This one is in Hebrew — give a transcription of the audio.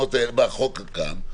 בחוק כאן.